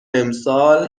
امسال